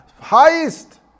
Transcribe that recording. Highest